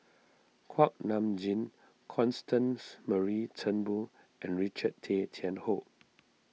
Kuak Nam Jin Constance Mary Turnbull and Richard Tay Tian Hoe